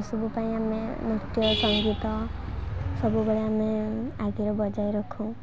ଏସବୁ ପାଇଁ ଆମେ ନୃତ୍ୟ ସଙ୍ଗୀତ ସବୁବେଳେ ଆମେ ଆଗରେ ବଜାୟ ରଖୁ